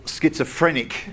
schizophrenic